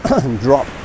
drop